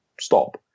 stop